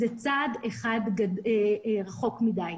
זה צעד אחד רחוק מדי.